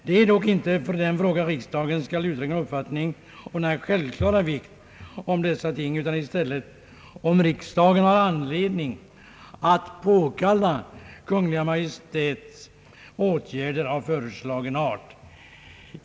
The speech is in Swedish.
Det är dock inte fråga om att riksdagen skall uttrycka sin uppfattning om den självklara vikten av dessa ting, utan det gäller i stället om riksdagen har anledning att påkalla Kungl. Maj:ts åtgärder av föreslagen art.